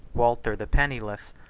walter the penniless,